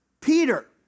Peter